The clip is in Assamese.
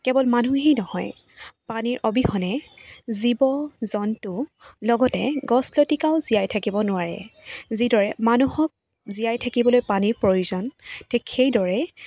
কেৱল মানুহেই নহয় পানীৰ অবিহনে জীৱ জন্তু লগতে গছ লতিকাও জীয়াই থাকিব নোৱাৰে যিদৰে মানুহক জীয়াই থাকিবলৈ পানীৰ প্ৰয়োজন ঠিক সেইদৰে